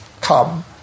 come